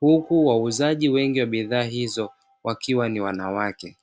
huku wauzaji wengi wa bidhaa hizo wakiwa ni wanawake.